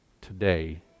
today